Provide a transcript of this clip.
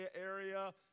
area